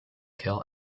kill